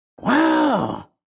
Wow